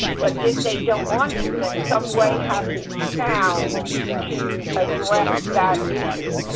but if they don't want to, then some way has to be found to address that issue.